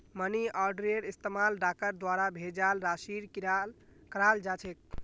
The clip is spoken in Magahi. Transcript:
मनी आर्डरेर इस्तमाल डाकर द्वारा भेजाल राशिर कराल जा छेक